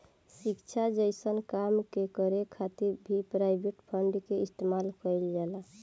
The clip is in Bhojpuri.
शिक्षा जइसन काम के करे खातिर भी प्राइवेट फंड के इस्तेमाल कईल जाला